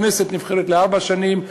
כנסת נבחרת לארבע שנים,